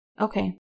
Okay